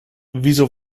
wieso